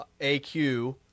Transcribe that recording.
AQ